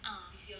uh